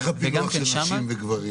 איך הפילוח של נשים וגברים?